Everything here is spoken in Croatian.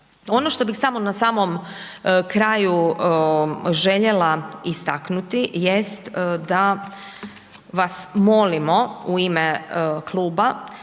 Ono što bih samo na samom kraju željela istaknuti jest da vas molimo u ime kluba